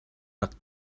rak